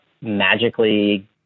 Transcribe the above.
magically